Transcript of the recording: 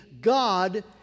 God